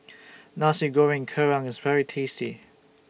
Nasi Goreng Kerang IS very tasty